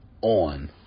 on